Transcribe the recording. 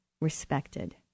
respected